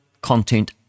content